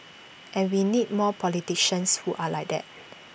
and we need more politicians who are like that